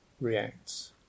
reacts